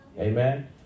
Amen